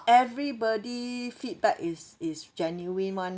everybody feedback is is genuine [one]